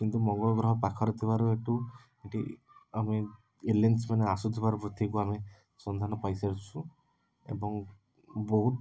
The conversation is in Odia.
କିନ୍ତୁ ମଙ୍ଗଳଗ୍ରହ ପାଖରେ ଥିବାରୁ ଏଠୁ ଏଠି ଅନେକ ଏଲିଏନ୍ସ ମାନେ ଆସୁଥିବାର ପୃଥିବୀକୁ ଆମେ ସନ୍ଧାନ ପାଇସାରିଛୁ ଏବଂ ବହୁତ